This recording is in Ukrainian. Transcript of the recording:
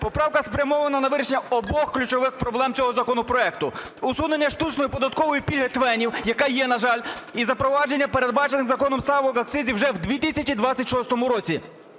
Поправка спрямована на вирішення обох ключових проблем цього законопроекту: усунення штучної податкової пільги ТВЕНів, яка є, на жаль, і запровадження передбачених законом ставок акцизів вже в 2026 році